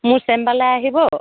মোৰ চেম্বাৰলৈ আহিব